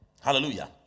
Hallelujah